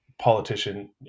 politician